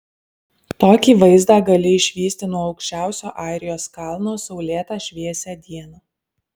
tokį vaizdą gali išvysti nuo aukščiausio airijos kalno saulėtą šviesią dieną